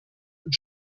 und